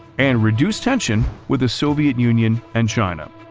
and reduced tension with the soviet union and china.